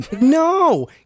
No